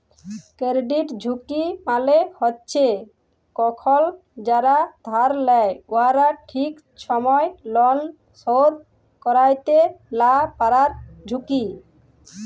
credit ঝুঁকি মালে হছে কখল যারা ধার লেয় উয়ারা ঠিক ছময় লল শধ ক্যইরতে লা পারার ঝুঁকি